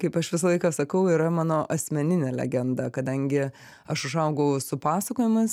kaip aš visą laiką sakau yra mano asmeninė legenda kadangi aš užaugau su pasakojimais